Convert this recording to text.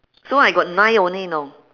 so I got nine only you know